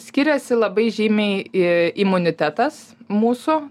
skiriasi labai žymiai imunitetas mūsų